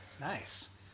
Nice